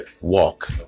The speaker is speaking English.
walk